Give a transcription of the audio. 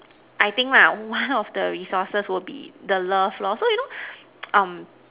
I think lah one of the resources will be the love lor so you know um